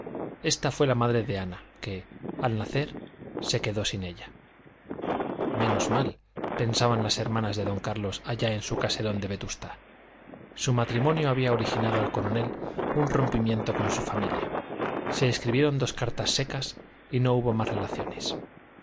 esta fue la madre de ana que al nacer se quedó sin ella menos mal pensaban las hermanas de don carlos allá en su caserón de vetusta su matrimonio había originado al coronel un rompimiento con su familia se escribieron dos cartas secas y no hubo más relaciones